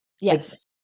Yes